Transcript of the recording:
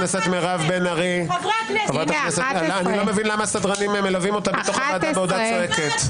11:00. אני לא מבין למה הסדרנים מלווים אותה בתוך הוועדה בעודה צועקת.